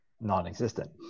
non-existent